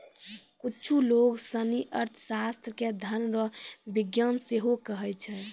कुच्छु लोग सनी अर्थशास्त्र के धन रो विज्ञान सेहो कहै छै